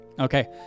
Okay